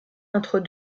entre